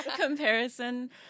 comparison